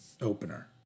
opener